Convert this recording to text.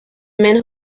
men